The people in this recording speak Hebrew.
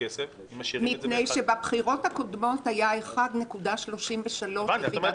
מפני שבבחירות הקודמות היה 1.33. הבנתי,